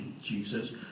Jesus